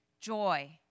joy